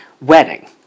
wedding